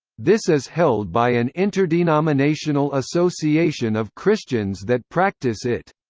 this is held by an interdenominational association of christians that practice it.